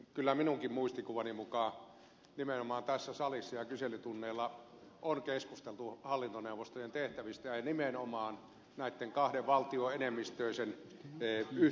kyllä minunkin muistikuvani mukaan nimenomaan tässä salissa ja kyselytunneilla on keskusteltu hallintoneuvostojen tehtävistä ja nimenomaan näitten kahden valtioenemmistöisen yhtiön osalta